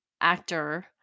actor